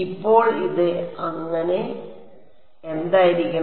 അപ്പോൾ ഇത് അങ്ങനെ എന്തായിരിക്കണം